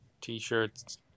t-shirts